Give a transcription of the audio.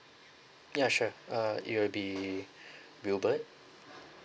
ya sure uh it will be wilbert